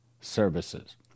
services